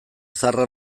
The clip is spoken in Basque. zaharra